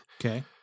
okay